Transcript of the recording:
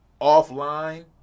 Offline